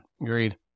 Agreed